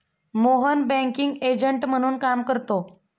Mohan banking agent म्हणून काम करतो